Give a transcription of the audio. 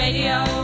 Radio